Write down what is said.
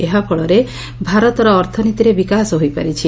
ଏହା ଫଳରେ ଭାରତର ଅର୍ଥନୀତିରେ ବିକାଶ ହୋଇପାରିଛି